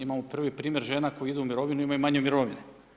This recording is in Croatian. Imamo prvi primjer žena koji idu u mirovinu a imaju manje mirovine.